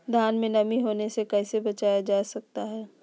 धान में नमी होने से कैसे बचाया जा सकता है?